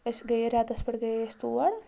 أسۍ گٔیے رٮ۪تس پٮ۪ٹھ گٔیہِ أسۍ تور